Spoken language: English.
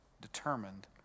determined